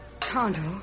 Tonto